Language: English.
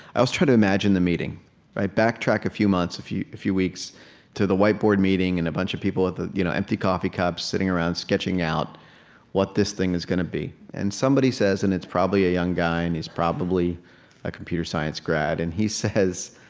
i always try to imagine the meeting back track a few months, a few a few weeks to the whiteboard meeting, and a bunch of people with you know empty coffee cups sitting around sketching out what this thing is going to be. and somebody says and it's probably a young guy, and he's probably a computer science grad and he says,